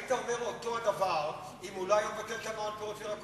היית אומר אותו הדבר אם הוא לא היה מבטל את המע"מ על פירות וירקות?